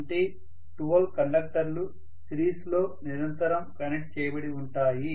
అంటే 12 కండక్టర్లు సిరీస్లో నిరంతరం కనెక్ట్ చేయబడి ఉంటాయి